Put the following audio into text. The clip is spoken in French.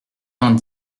vingt